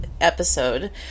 episode